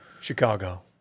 Chicago